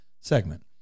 segment